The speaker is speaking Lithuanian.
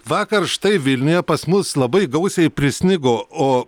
vakar štai vilniuje pas mus labai gausiai prisnigo o